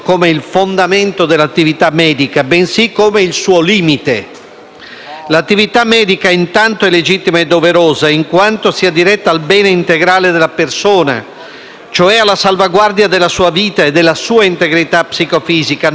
L'attività medica intanto è legittima e doverosa in quanto sia diretta al bene integrale della persona cioè alla salvaguardia della sua vita e della sua integrità psicofisica, nonché alla cura e all'alleviamento della sua sofferenza.